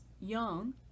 young